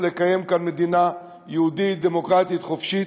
לקיים כאן מדינה יהודית דמוקרטית חופשית,